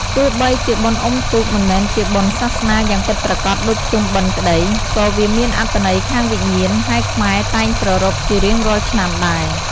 ទោះបីជាបុណ្យអុំទូក មិនមែនជាបុណ្យសាសនាយ៉ាងពិតប្រាកដដូចភ្ជុំបិណ្ឌក្ដី ក៏វាមានអត្ថន័យខាងវិញ្ញាណ ហើយខ្មែរតែងប្រារព្ធជារៀងរាល់ឆ្នាំដែរ ។